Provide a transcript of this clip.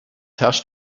herrscht